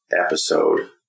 episode